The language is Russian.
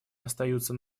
остаются